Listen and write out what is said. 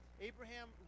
Abraham